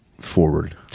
forward